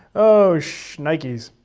oh, shnikies.